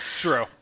True